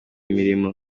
imirimo